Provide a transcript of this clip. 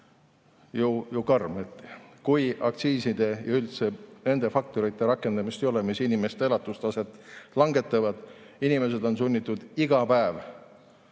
ju karm. Kui aktsiiside ja üldse nende faktorite rakendamist ei ole, mis inimeste elatustaset langetavad, siis on inimesed sunnitud iga päev